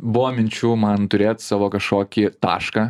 buvo minčių man turėt savo kažkokį tašką